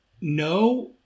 No